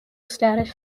status